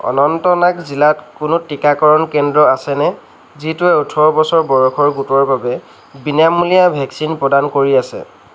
অনন্তনাগ জিলাত কোনো টীকাকৰণ কেন্দ্ৰ আছেনে যিটোৱে ওঠৰ বছৰ বয়সৰ গোটৰ বাবে বিনামূলীয়া ভেকচিন প্ৰদান কৰি আছে